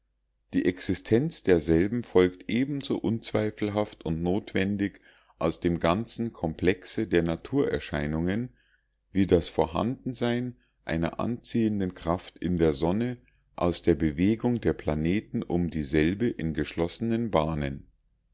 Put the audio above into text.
die existenz derselben folgt ebenso unzweifelhaft und notwendig aus dem ganzen komplexe der naturerscheinungen wie das vorhandensein einer anziehenden kraft in der sonne aus der bewegung der planeten um dieselbe in geschlossenen bahnen